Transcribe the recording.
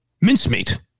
mincemeat